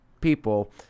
people